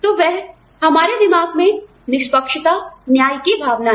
तो वह हमारे दिमाग में निष्पक्षता न्याय की भावना है